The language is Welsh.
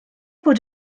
fod